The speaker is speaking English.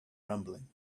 rumbling